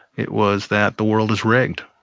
it was that the world is rigged.